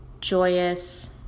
joyous